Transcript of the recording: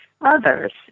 others